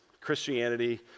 Christianity